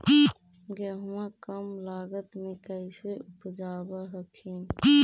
गेहुमा कम लागत मे कैसे उपजाब हखिन?